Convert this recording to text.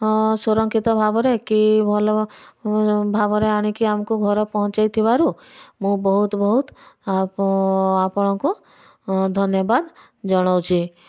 ସୁରକ୍ଷିତ ଭାବରେ କି ଭଲ ଭାବରେ ଆଣିକି ଆମକୁ ଘର ପହଞ୍ଚାଇ ଥିବାରୁ ମୁଁ ବହୁତ ବହୁତ ଆପଣଙ୍କୁ ଧନ୍ୟବାଦ ଜଣାଉଛି